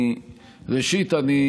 , ראס בן עינכ.